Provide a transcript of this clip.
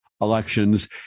elections